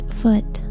foot